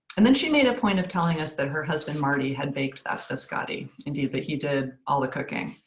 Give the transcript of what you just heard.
and then she made a point of telling us that her husband marty had baked that biscotti, indeed that he did all the cooking.